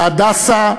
"הדסה"